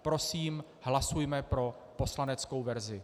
Prosím, hlasujme pro poslaneckou verzi.